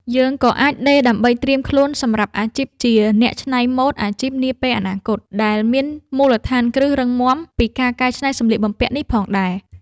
យើងក៏អាចដេរដើម្បីត្រៀមខ្លួនសម្រាប់អាជីពជាអ្នកច្នៃម៉ូដអាជីពនាពេលអនាគត ដែលមានមូលដ្ឋានគ្រឹះរឹងមាំពីការកែច្នៃសម្លៀកបំពាក់នេះផងដែរ។